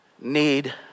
need